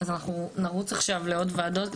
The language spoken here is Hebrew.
אז אנחנו נרוץ עכשיו לעוד ועדות,